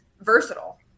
versatile